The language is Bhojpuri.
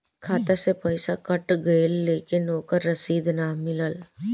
खाता से पइसा कट गेलऽ लेकिन ओकर रशिद न मिलल?